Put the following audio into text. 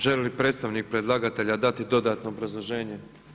Želi li predstavnik predlagatelja dati dodatno obrazloženje?